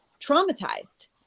traumatized